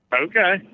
Okay